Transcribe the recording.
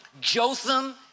Jotham